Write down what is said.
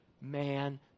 man